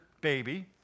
baby